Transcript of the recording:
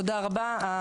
תודה רבה לכל המשתתפים.